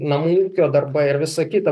namų ūkio darbai ir visa kita